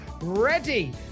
ready